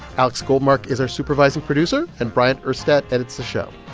alex goldmark is our supervising producer. and bryant urstadt edits the show.